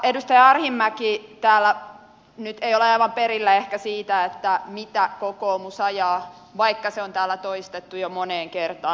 edustaja arhinmäki ei nyt ole aivan perillä ehkä siitä mitä kokoomus ajaa vaikka se on täällä toistettu jo moneen kertaan